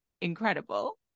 incredible